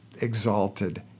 exalted